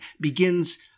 begins